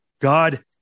God